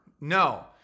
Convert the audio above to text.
no